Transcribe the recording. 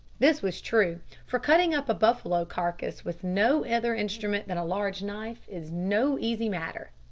this was true, for cutting up a buffalo carcase with no other instrument than a large knife is no easy matter.